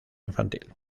infantil